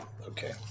Okay